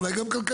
אולי גם כלכליות,